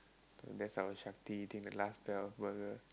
and that's our Shakti eating the last pair of burger